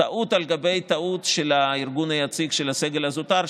טעות על גבי טעות של הארגון היציג של הצוות הזוטר,